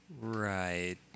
Right